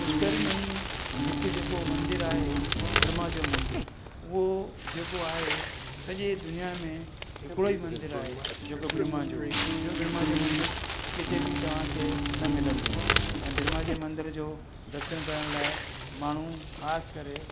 पुष्कर में ई हिकु जेको मंदरु आहे ब्रह्मा जो मंदरु उहो जेको आहे सॼे दुनिया में हिकिड़ो ई मंदरु आहे जेको ब्रह्मा जो ॿियो ब्रह्मा जो मंदरु किथे बि तव्हांखे न मिलंदो ऐं ब्रह्मा जे मंदर जो दर्शनु करण लाइ माण्हू ख़ासि करे